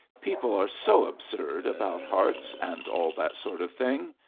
people are so absurd about hearts, and all that sort of thing!